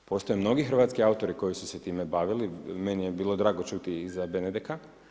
Postoje mnogi hrvatski autori koji su se time bavili, meni je bilo drago čuti i za Benedeka.